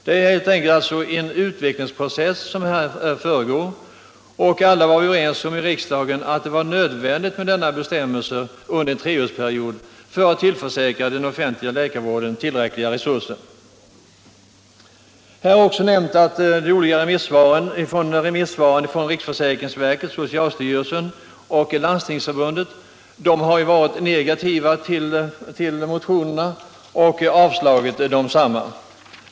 Det är helt enkelt en utvecklingsprocess som här föreligger, och alla var vi överens om i riksdagen att det var nödvändigt med denna bestämmelse under en treårsperiod för att tillförsäkra den offentliga läkarvården tillräckliga resurser. Här har också nämnts att de olika remissvaren från riksförsäkrings verket, socialstyrelsen och Landstingsförbundet har varit negativa till motionerna och avstyrkt desamma.